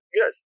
yes